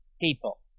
people